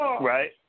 Right